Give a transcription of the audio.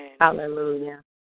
Hallelujah